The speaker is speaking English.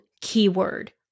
keyword